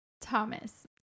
Thomas